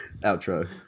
Outro